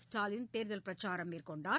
ஸ்டாலின் தேர்தல் பிரச்சாரம் மேற்கொண்டார்